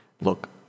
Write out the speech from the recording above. look